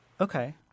Okay